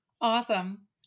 Awesome